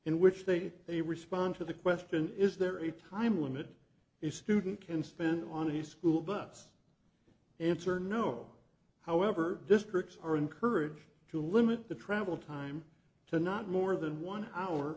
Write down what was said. in which they say they respond to the question is there a time limit the student can spend on the school bus answer no however districts are encouraged to limit the travel time to not more than one hour